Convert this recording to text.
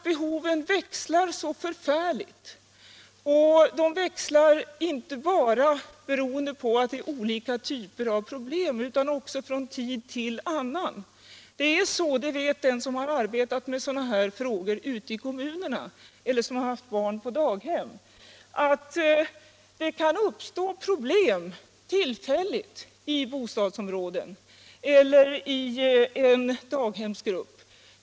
Behoven växlar oerhört, och de växlar inte bara beroende på att det är olika typer av problem utan också från tid till annan. De som har arbetat med sådana här frågor i kommunerna eller som haft barn på daghem vet att det tillfälligt kan uppstå problem i bostadsområden eller i en daghemsgrupp.